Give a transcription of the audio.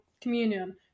communion